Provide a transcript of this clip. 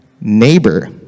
neighbor